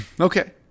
Okay